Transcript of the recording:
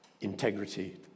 integrity